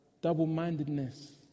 double-mindedness